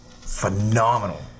phenomenal